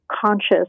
conscious